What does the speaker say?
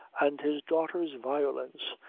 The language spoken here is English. and his daughter's violence,